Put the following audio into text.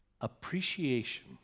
appreciation